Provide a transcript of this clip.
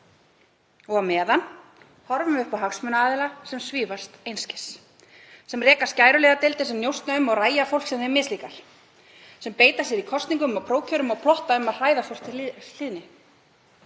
Á meðan horfum við upp á hagsmunaaðila sem svífast einskis, sem reka skæruliðadeildir sem njósna um og rægja fólk sem þeim mislíkar, sem beita sér í kosningum og prófkjörum og plotta um að hræða fólk til hlýðni.